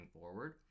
forward